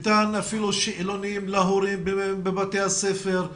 ניתן לתת שאלונים להורים בבתי הספר,